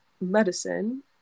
medicine